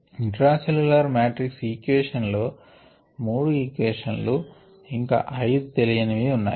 intra cellular matrix equation లో 3 equation లు ఇంకా 5 తెలియనివి ఉన్నాయి